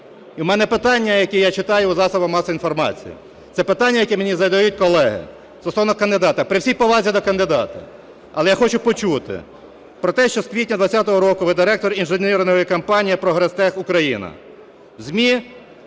у мене питання, яке я читаю у засобах масової інформації. Це питання, яке мені задають колеги стосовно кандидата. При всій повазі до кандидата, але я хочу почути про те, що з квітня 20-го року ви – директор інженерної компанії "Прогрестех-Україна". В ЗМІ